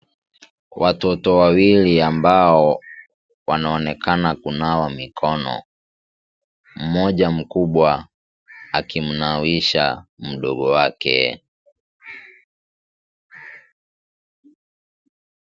Watoto wawili ambao wanaonekana kunawa mikono. Mmoja mkubwa akimnawisha mdogo wake.